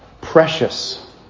precious